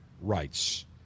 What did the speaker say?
rights